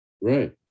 Right